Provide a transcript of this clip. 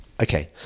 okay